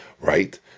Right